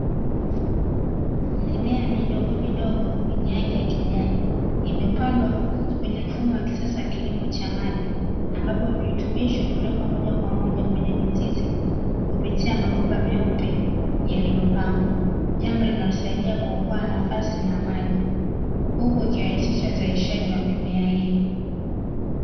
Mimea midogo midogo yenye rangi ya kijani imepandwa kwenye mfumo wa kisasa wa kilimo cha maji, ambapo viritubisho hupelekwa moja kwa moja kwenye mizizi kupitia mabomba meupe yaliyopangwa. Jambo linalosaidia kuokoa nafasi na maji, huku ikirahisisha uzalishaji wa mimea hiyo.